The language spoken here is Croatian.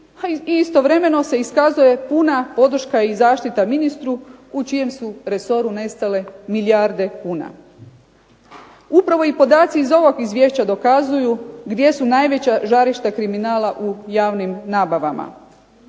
istovremeno se iskazuje puna podrška i zaštita ministru u čijem su resoru nestale milijarde kuna. Upravo i podaci iz ovog Izvješća dokazuju gdje su najveća žarišta kriminala u javnim nabavama.